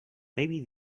maybe